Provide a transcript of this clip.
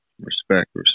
respect